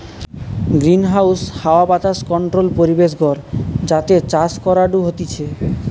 greenhouse হাওয়া বাতাস controlled পরিবেশ ঘর যাতে চাষ করাঢু হতিছে